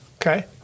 Okay